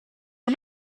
are